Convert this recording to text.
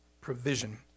provision